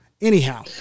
Anyhow